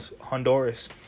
Honduras